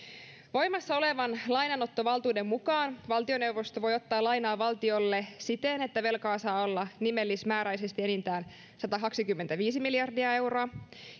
voimassa olevan lainanottovaltuuden mukaan valtioneuvosto voi ottaa lainaa valtiolle siten että velkaa saa olla nimellismääräisesti enintään satakaksikymmentäviisi miljardia euroa